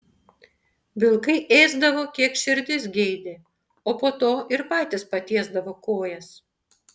vilkai ėsdavo kiek širdis geidė o po to ir patys patiesdavo kojas